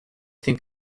think